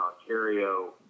Ontario